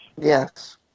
Yes